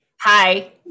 Hi